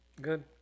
Good